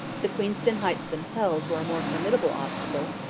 the queenston heights themselves were a more formidable obstacle,